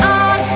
on